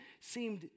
seemed